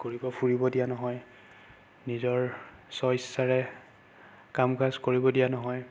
ঘূৰিব ফুৰিব দিয়া নহয় নিজৰ স্ব ইচ্ছাৰে কাম কাজ কৰিব দিয়া নহয়